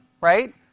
right